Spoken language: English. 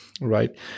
right